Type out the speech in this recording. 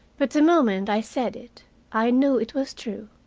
but the moment i said it i knew it was true.